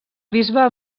bisbe